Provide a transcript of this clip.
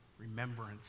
remembrance